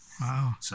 Wow